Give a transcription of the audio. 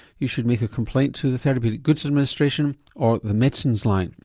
you should make a complaint to the therapeutic goods administration or the medicines line